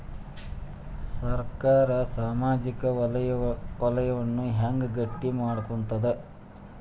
ಸರ್ಕಾರಾ ಸಾಮಾಜಿಕ ವಲಯನ್ನ ಹೆಂಗ್ ಗಟ್ಟಿ ಮಾಡ್ಕೋತದ?